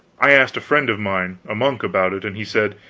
i asked a friend of mine, a monk, about it, and he said,